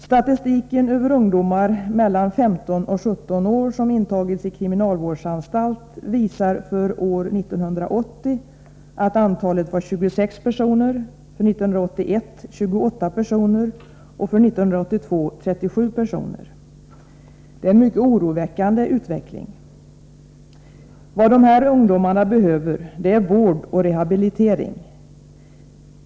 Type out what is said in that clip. Statistiken över antalet ungdomar mellan 15 och 17 år som intagits i kriminalvårdsanstalt visar att antalet var 26 personer 1980, 28 personer 1981 och 37 personer 1982. Det är en mycket oroande utveckling. Vad de här ungdomarna behöver är vård och rehabilitering.